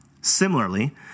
Similarly